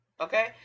Okay